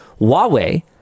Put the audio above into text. Huawei